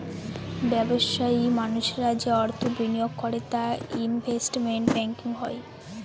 ব্যবসায়ী মানুষরা যে অর্থ বিনিয়োগ করে তা ইনভেস্টমেন্ট ব্যাঙ্কিং হয়